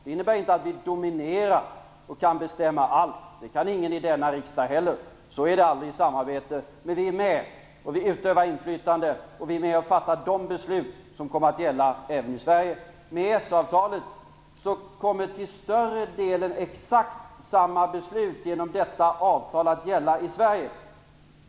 Det innebär inte att vi dominerar och kan bestämma allt. Det kan ingen i denna riksdag heller göra, för så är det aldrig i samarbete. Men vi är med. Vi utövar inflytande och är med om att fatta beslut som kommer att gälla även i Sverige. Med EES-avtalet kommer till större delen exakt samma beslut att gälla i Sverige.